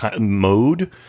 mode